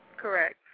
Correct